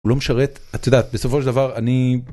לא משרת את יודעת בסופו של דבר אני.